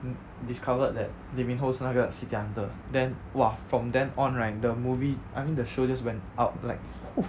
discovered that lee min [ho] 是那个 city hunter then !wah! from then on right the movie I mean the show just went out like !woo!